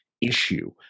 issue